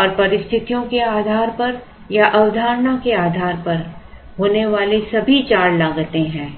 और परिस्थितियों के आधार पर या अवधारणा के आधार पर होने वाली सभी चार लागतें हैं